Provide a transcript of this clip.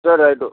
சேரி ரைட்டு